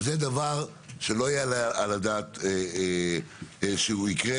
שלא יעלה על הדעת שהוא יקרה,